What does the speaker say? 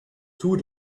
two